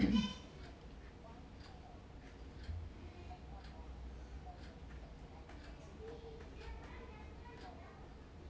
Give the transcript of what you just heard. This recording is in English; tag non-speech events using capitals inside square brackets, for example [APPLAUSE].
[NOISE]